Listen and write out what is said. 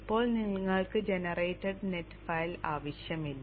ഇപ്പോൾ നിങ്ങൾക്ക് generated net file ആവശ്യമില്ല